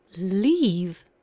Leave